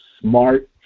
smart